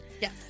Yes